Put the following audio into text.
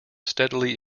steadily